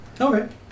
Okay